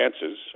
chances